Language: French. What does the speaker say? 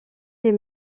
les